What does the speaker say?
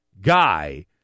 guy